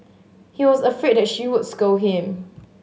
he was afraid that she would scold him